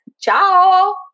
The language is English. Ciao